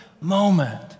moment